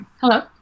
Hello